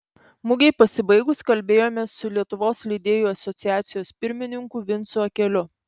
mugei pasibaigus kalbėjomės su lietuvos leidėjų asociacijos pirmininku vincu akeliu